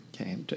Okay